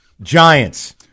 Giants